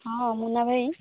ହଁ ମୁନା ଭାଇ